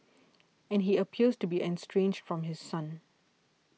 and he appears to be estranged from his son